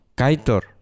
kaitor